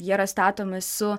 jie yra statomi su